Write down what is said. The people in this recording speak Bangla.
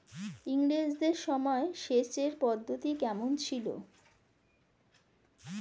ইঙরেজদের সময় সেচের পদ্ধতি কমন ছিল?